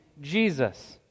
Jesus